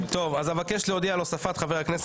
איך זה עובד?